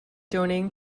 donating